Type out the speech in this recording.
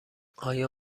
آیا